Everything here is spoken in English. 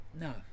no